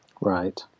Right